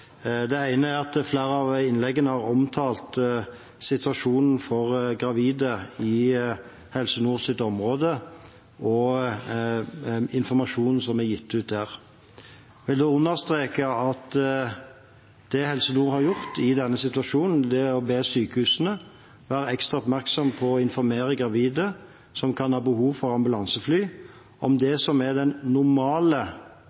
Det ene er at flere i innleggene har omtalt situasjonen for gravide i Helse Nords område og informasjonen som er gitt ut der. Jeg vil understreke at det Helse Nord har gjort i denne situasjonen, er å be sykehusene være ekstra oppmerksomme på å informere gravide som kan ha behov for ambulansefly, om